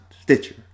Stitcher